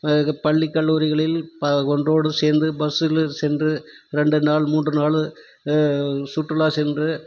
இது பள்ளி கல்லூரிகளில் ப ஒன்றோடு சேர்ந்து பஸ்ஸில் ஏறி சென்று ரெண்டு நாள் மூன்று நாள் சுற்றுலா சென்று